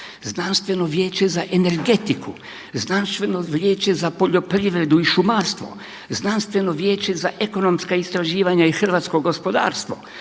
Znanstveno vijeća za energetiku, Znanstveno vijeća za poljoprivredu i šumarstvo, Znanstveno vijeća za ekonomska istraživanja i hrvatsko gospodarstvo,